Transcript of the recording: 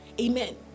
Amen